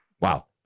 Wow